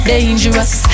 Dangerous